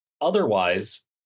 Otherwise